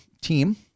team